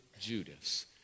Judas